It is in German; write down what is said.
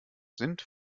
sind